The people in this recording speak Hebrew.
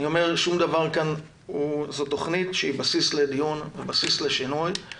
זו תוכנית שהיא בסיס לדיון, בסיס לשינוי,